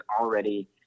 already